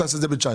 אולי זה ב-2019,